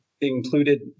included